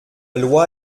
loi